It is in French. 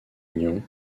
nyon